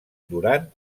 duran